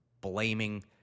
blaming